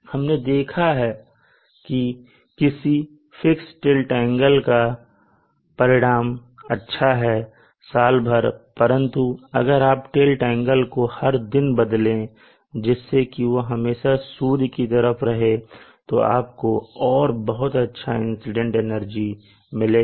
हमने देखा की किसी फिक्स टिल्ट एंगल का परिणाम अच्छा है साल भर परंतु अगर आप टिल्ट एंगल को हर दिन बदले जिससे कि वह हमेशा सूर्य की तरफ रहे तो आपको और बहुत अच्छा इंसिडेंट एनर्जी मिलेगी